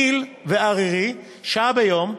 גיל וערירי, שעה ביום.